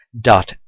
dot